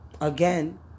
again